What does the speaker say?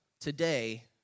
today